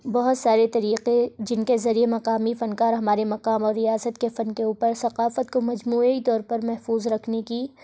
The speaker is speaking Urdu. بہت سارے طریقے جن کے ذریعے مقامی فنکار ہمارے مقام اور ریاست کے فن کے اوپر ثقافت کو مجموعی طور پر محفوظ رکھنے کی